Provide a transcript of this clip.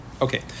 Okay